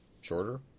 shorter